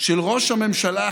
של ראש הממשלה החליפי,